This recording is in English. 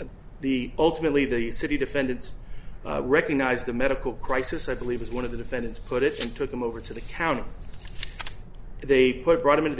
of the ultimately the city defendants recognized the medical crisis i believe as one of the defendants put it took him over to the county they put brought him into the